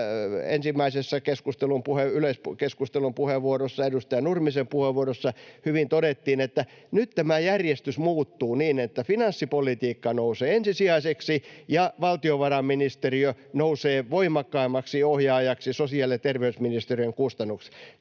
ensimmäisessä yleiskeskustelun puheenvuorossa, edustaja Nurmisen puheenvuorossa — hyvin todettiin, nyt tämä järjestys muuttuu niin, että finanssipolitiikka nousee ensisijaiseksi ja valtiovarainministeriö nousee voimakkaimmaksi ohjaajaksi sosiaali- ja terveysministeriön kustannuksella.